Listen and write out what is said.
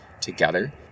together